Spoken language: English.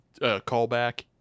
callback